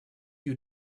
you